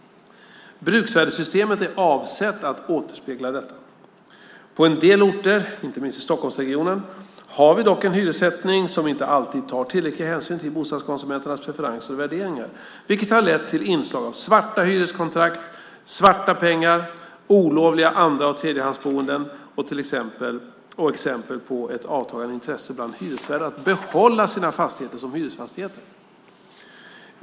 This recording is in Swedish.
Bruksvärdesystemet är avsett att återspegla detta. På en del orter, inte minst i Stockholmsregionen, har vi dock en hyressättning som inte alltid tar tillräcklig hänsyn till bostadskonsumenternas preferenser och värderingar, vilket har lett till inslag av svarta hyreskontrakt, svarta pengar, olovliga andra och tredjehandsboenden och exempel på ett avtagande intresse bland hyresvärdar att behålla sina fastigheter som hyresfastigheter.